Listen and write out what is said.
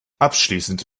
abschließend